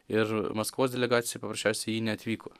ir maskvos delegacija paprasčiausiai į jį neatvyko